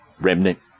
Remnant